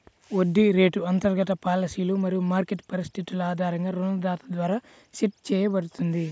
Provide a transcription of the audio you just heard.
వడ్డీ రేటు అంతర్గత పాలసీలు మరియు మార్కెట్ పరిస్థితుల ఆధారంగా రుణదాత ద్వారా సెట్ చేయబడుతుంది